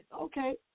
Okay